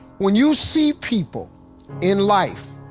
when you see people in life